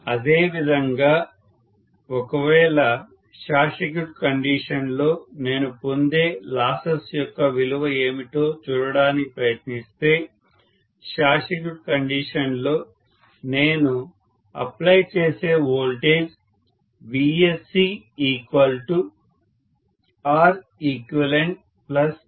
అదే విధంగా ఒక వేళ షార్ట్ సర్క్యూట్ కండిషన్లో నేను పొందే లాసెస్ యొక్క విలువ ఏమిటో చూడటానికి ప్రయత్నిస్తే షార్ట్ సర్క్యూట్ కండిషన్లో నేను అప్లై చేసే వోల్టేజ్ VscReqjXeqIrated అవుతుంది